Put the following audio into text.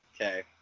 Okay